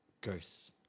ghosts